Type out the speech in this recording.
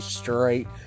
straight